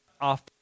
off